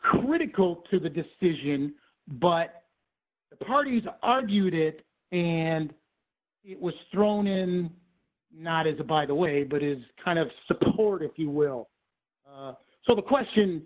critical to the decision but the parties argued it and it was thrown in not as a by the way but is kind of support if you will so the question